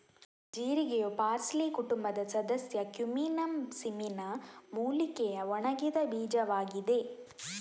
ಜೀರಿಗೆಯು parsley ಕುಟುಂಬದ ಸದಸ್ಯ Cuminum cyminum ಮೂಲಿಕೆಯ ಒಣಗಿದ ಬೀಜವಾಗಿದೆ